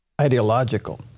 ideological